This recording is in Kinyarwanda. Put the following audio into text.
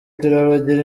turabagira